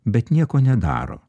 bet nieko nedaro